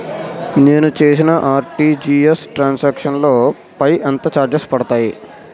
నేను చేసిన RTGS transaction లో పై ఎంత చార్జెస్ పడతాయి?